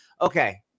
okay